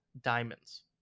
diamonds